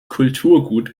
kulturgut